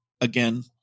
Again